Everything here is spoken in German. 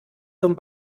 zum